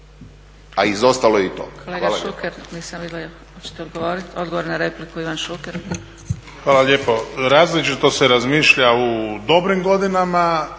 a izostalo je i to.